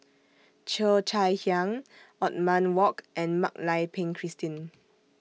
Cheo Chai Hiang Othman Wok and Mak Lai Peng Christine